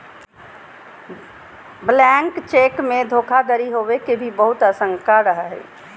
blank cheque मे धोखाधडी होवे के भी बहुत आशंका रहो हय